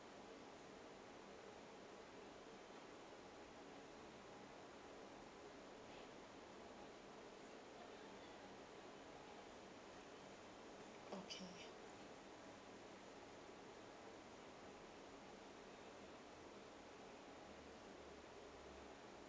okay